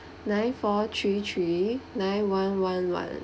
nine four three three nine one one one